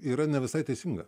yra ne visai teisinga